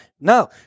no